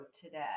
today